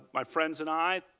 my friends and i,